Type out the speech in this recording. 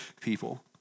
people